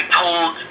told